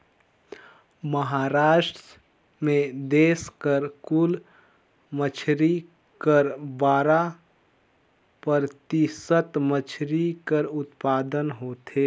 महारास्ट में देस कर कुल मछरी कर बारा परतिसत मछरी कर उत्पादन होथे